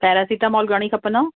paracetamol घणी खपंदव